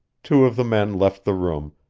two of the men left the room,